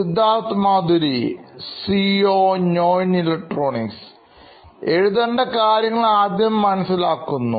Siddharth Maturi CEO Knoin Electronics എഴുതേണ്ട കാര്യങ്ങൾ ആദ്യം മനസ്സിലാക്കുന്നു